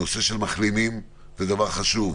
הנושא של מחלימים הוא דבר חשוב.